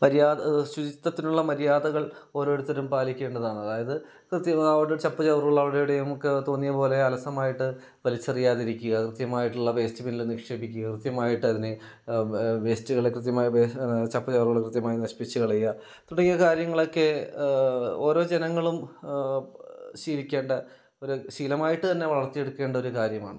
മര്യാദ ശുചിത്വത്തിനുള്ള മര്യാദകൾ ഓരോരുത്തരും പാലിയ്ക്കേണ്ടതാണ് അതായത് കൃത്യതാ ചപ്പു ചവറുകൾ അവിടെ ഇവിടെയുമൊക്കെ തോന്നിയപോലെ അലസമായിട്ട് വലിച്ചെറിയാതിരിക്കുക കൃത്യമായിട്ടുള്ള വേസ്റ്റ് ബിന്നിൽ നിക്ഷേപിക്കുക കൃത്യമായിട്ട് അതിനെ വേസ്റ്റുകളെ കൃത്യമായിട്ട് വേ ചപ്പു ചവറുകൾ കൃത്യമായി നശിപ്പിച്ച് കളയുക തുടങ്ങിയ കാര്യങ്ങളൊക്കെ ഓരോ ജനങ്ങളും ശീലിക്കേണ്ട ഒരു ശീലമായിട്ട് തന്നെ വളർത്തിയെടുക്കേണ്ട ഒരു കാര്യമാണ്